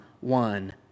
one